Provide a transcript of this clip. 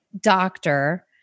doctor